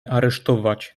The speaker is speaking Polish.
aresztować